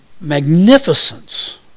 magnificence